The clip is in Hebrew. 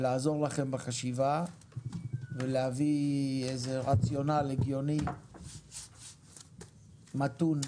ולעזור לכם בחשיבה ולהביא איזה רציונל הגיוני מתון,